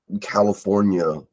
California